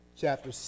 Chapter